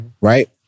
right